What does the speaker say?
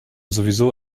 sowieso